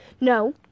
No